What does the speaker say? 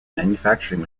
manufacturing